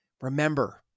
Remember